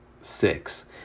six